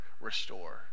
restore